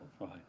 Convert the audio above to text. Right